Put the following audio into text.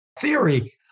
theory